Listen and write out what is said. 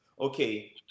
Okay